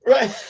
Right